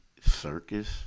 circus